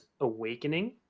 Awakening